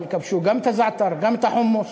אבל כבשו גם את הזעתר וגם את החומוס,